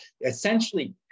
essentially